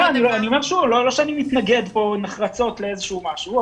שוב לא שאני מתנגד פה נחרצות לאיזשהו משהו,